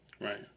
right